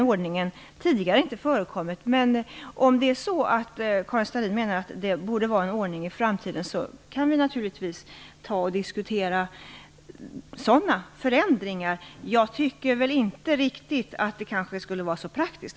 Om Karin Starrin menar att det borde vara en sådan ordning i framtiden kan vi naturligtvis diskutera sådana förändringar. Men jag måste säga att jag inte tycker att det alltid skulle vara så praktiskt.